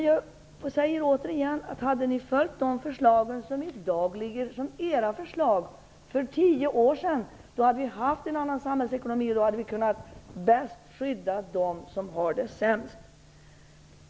Jag säger återigen att om ni hade följt de förslagen, som i dag är era förslag, för tio år sedan, hade vi haft en annan samhällsekonomi. Då hade vi bättre kunnat skydda de som har det sämst.